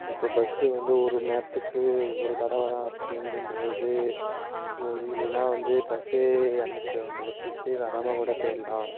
இப்போது பஸ்ஸு வந்து ஒருமணி நேரத்துக்கு ஒரு தடவை தான் அப்படிங்கும்பொழுது ஒன்று இல்லேனால் வந்து பஸ்ஸே அன்னிக்கி வந்து அந்த ஒரு ட்ரிப்பே வராமல் கூட போயிடலாம்